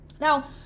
Now